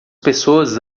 pessoas